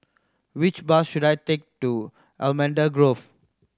which bus should I take to Allamanda Grove